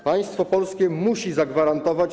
Państwo polskie musi zagwarantować.